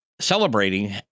celebrating